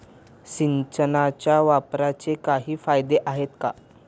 सिंचनाच्या वापराचे काही फायदे आहेत का?